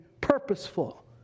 purposeful